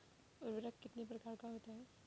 उर्वरक कितने प्रकार का होता है?